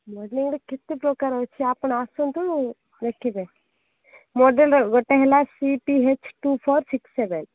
ମଡ଼େଲିଂର କେତେପ୍ରକାର ଅଛି ଆପଣ ଆସନ୍ତୁ ଦେଖିବେ ମଡ଼େଲ୍ର ଗୋଟେ ହେଲା C T H two four six seven